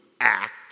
act